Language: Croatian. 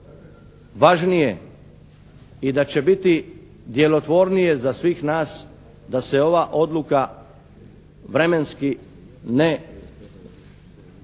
važnije i da će biti djelotvornije za svih nas da se ova odluka vremenski ne